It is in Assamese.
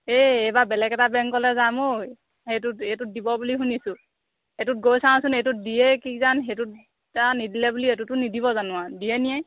এই এইবাৰ বেলেগ এটা বেংকলৈ যাম ঐ এইটোত দিব দিব বুলি শুনিছোঁ এইটোত গৈ চাওঁচোন এইটোত দিয়েই কিজানি সেইটোত নিদিলে বুলি এইটোতো নিদিব জানো